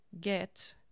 get